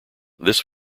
this